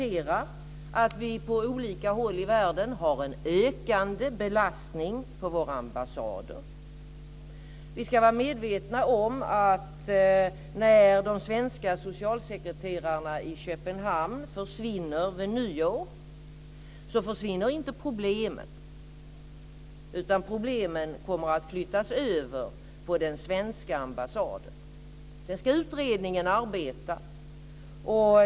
En på olika håll i världen ökande belastning på våra ambassader kan konstateras. Vi ska vara medvetna om att när de svenska socialsekreterarna vid nyår försvinner i Köpenhamn försvinner därmed inte problemen, utan problemen kommer att flyttas över till den svenska ambassaden. Sedan ska utredningen arbeta.